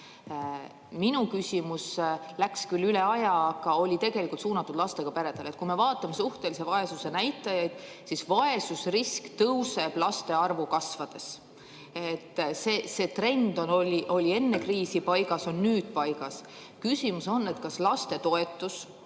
Minu küsimus läks küll üle aja, aga oli tegelikult suunatud lastega perede [probleemidele] – kui me vaatame suhtelise vaesuse näitajaid, siis vaesusrisk tõuseb laste arvu kasvades. See trend oli enne kriisi paigas, on nüüd paigas. Küsimus on, kas lastetoetus,